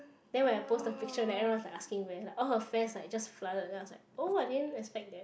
then when I post the picture then everyone is like asking where lah all her fans like just flooded then I was like oh I didn't expect that